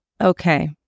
Okay